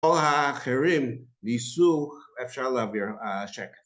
כל האחרים ניסו, אפשר להביא לשקט.